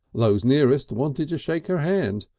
those nearest wanted to shake her hand,